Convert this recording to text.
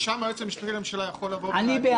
כי שם היועץ המשפטי לממשלה יכול לבוא ולהגיד,